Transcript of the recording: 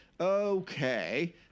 Okay